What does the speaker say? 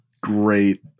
great